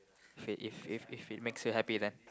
okay if if it makes you happy then